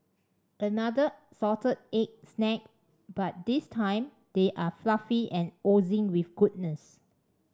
another salted egg snack but this time they are fluffy and oozing with goodness